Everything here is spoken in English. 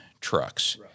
trucks